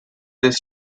this